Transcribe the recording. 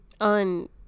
on